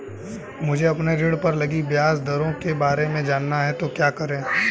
मुझे अपने ऋण पर लगी ब्याज दरों के बारे में जानना है तो क्या करें?